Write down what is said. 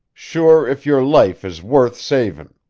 shure if youre life is wurth savein.